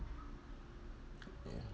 ya